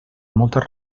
moltes